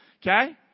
Okay